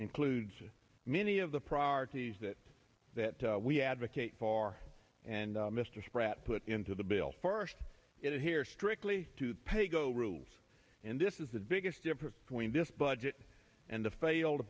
includes many of the priorities that that we advocate for and mr spratt put into the bill first it here strictly to pay go rules and this is the biggest difference between this budget and the failed